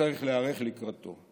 וצריך להיערך לקראתו?